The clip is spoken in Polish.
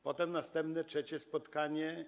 Potem było następne, trzecie spotkanie.